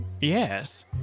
yes